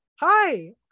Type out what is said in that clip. hi